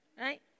right